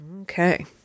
Okay